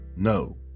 No